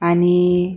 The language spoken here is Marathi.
आणि